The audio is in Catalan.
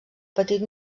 patit